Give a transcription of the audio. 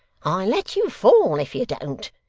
i'll let you fall if you don't.